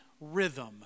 rhythm